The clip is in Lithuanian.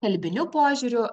kalbiniu požiūriu